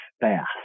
fast